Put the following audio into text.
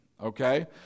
okay